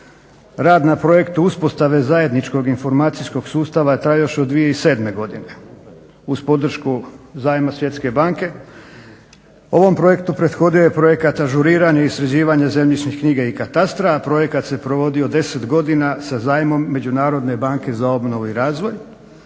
Rad na projektu uspostave zajedničkog informacijskog sustava traje još od 2007. godine uz podršku zajma Svjetske banke. Ovom projektu prethodio je projekat ažuriranja i sređivanja zemljišnih knjiga i katastra, a projekat se provodio 10 godina sa zajmom Međunarodne banke za obnovu i razvoj